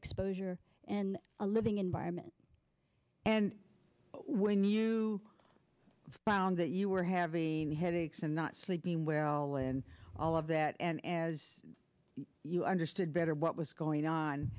exposure in a living environment and when you found that you were having headaches and not sleeping well in all of that and as you understood better what was going on